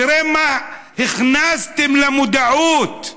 תראה מה הכנסתם למודעות.